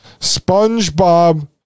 SpongeBob